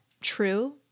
true